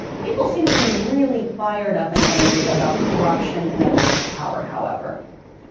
people seem to be really fired up and angry about corruption and abuse of power, however.